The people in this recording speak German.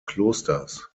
klosters